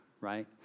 right